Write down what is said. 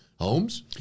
Homes